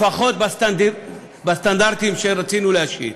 לפחות בסטנדרטים שרצינו להשית.